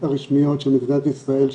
הרשמיות של מדינת ישראל,